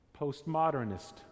postmodernist